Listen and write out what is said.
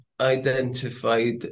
identified